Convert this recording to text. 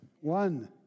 one